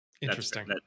interesting